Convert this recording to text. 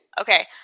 Okay